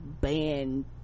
ban